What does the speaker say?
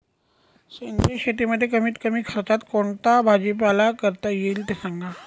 सेंद्रिय शेतीमध्ये कमीत कमी खर्चात कोणता भाजीपाला करता येईल ते सांगा